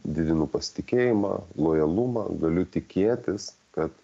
didinu pasitikėjimą lojalumą galiu tikėtis kad